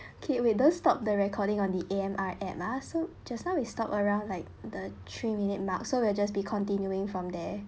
okay wait don't stop the recording on the A_M_R app ah so just now we stop around like the three minute mark so we'll just be continuing from there